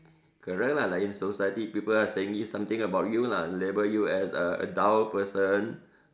correct lah like in society people are saying something about you lah label you as a a dull person